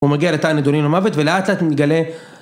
הוא מגיע לתא הנידונים למוות ולאט לאט הוא מגלה